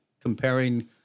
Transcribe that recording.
comparing